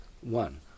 one